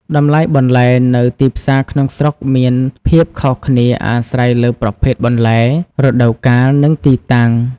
តម្លៃបន្លែនៅទីផ្សារក្នុងស្រុកមានភាពខុសគ្នាអាស្រ័យលើប្រភេទបន្លែ រដូវកាល និងទីតាំង។